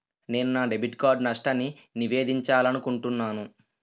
నేను నా debit card నష్టాన్ని నివేదించాలనుకుంటున్నాను